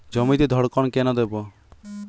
জমিতে ধড়কন কেন দেবো?